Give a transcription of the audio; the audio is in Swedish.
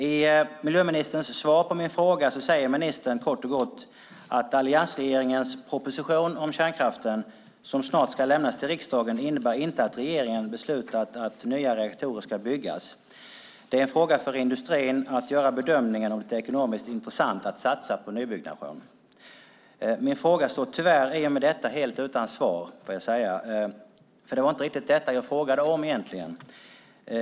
I miljöministerns svar på min interpellation skriver han kort och gott: "Alliansregeringens proposition om kärnkraften, som snart ska lämnas till riksdagen, innebär inte att regeringen beslutat att nya reaktorer ska byggas. Det är en fråga för industrin att göra bedömningen om det är ekonomiskt intressant att satsa på nybyggnation." Min fråga står tyvärr i och med detta helt utan svar, får jag säga. Det var inte riktigt detta jag frågade om egentligen.